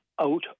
out